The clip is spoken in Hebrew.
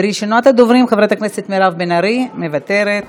ראשונת הדוברים, חברת הכנסת מירב בן ארי, מוותרת,